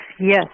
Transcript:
yes